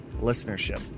listenership